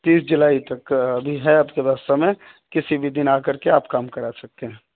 تیس جولائی تک کا ابھی ہے آپ کے پاس سمعے کسی بھی دن آ کر کے آپ کام کرا سکتے ہیں